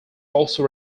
also